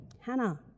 Hannah